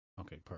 Okay